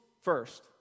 first